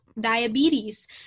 diabetes